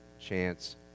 chance